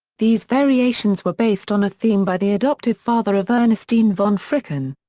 these variations were based on a theme by the adoptive father of ernestine von fricken.